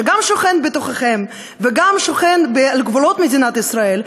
שגם שוכן בתוכם וגם שוכן על גבולות מדינת ישראל,